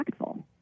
impactful